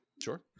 Sure